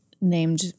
named